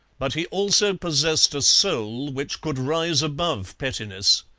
but he also possessed a soul which could rise above pettiness.